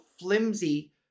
flimsy